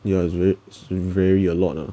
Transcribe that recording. ya it's ve~ it's very a lot lah